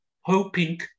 hoping